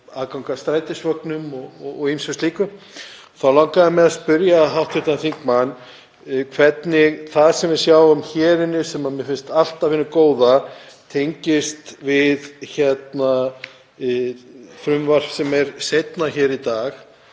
aðgang að strætisvögnum og ýmsu slíku. Þá langaði mig að spyrja hv. þingmann hvernig það sem við sjáum hér inni, sem mér finnst allt af hinu góða, tengist við frumvarp sem er seinna hér í dag